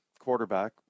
quarterback